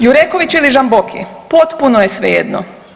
Jureković ili Žamboki, potpuno je svejedno.